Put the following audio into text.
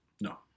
No